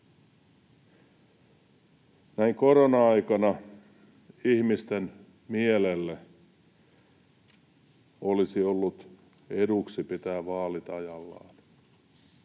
Näin korona-aikana ihmisten mielelle olisi ollut eduksi pitää vaalit ajallaan.